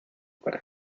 para